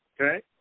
Okay